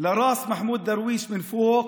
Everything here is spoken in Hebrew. ראשו של מחמוד דרוויש,